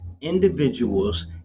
individuals